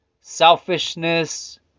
selfishness